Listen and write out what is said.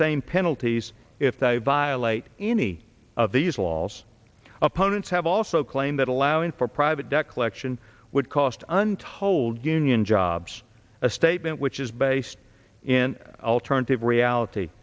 same penalties if they violate any of these laws opponents have also claimed that allowing for private debt collection would cost untold union jobs a statement which is based in alternative reality